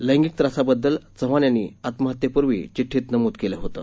लैंगिक त्रासाबाबत चव्हाण यांनी आत्महत्त्यापूर्वी चिड्ठीत नमूद केलं होतं